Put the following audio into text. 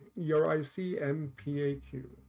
E-R-I-C-M-P-A-Q